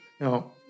Now